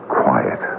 quiet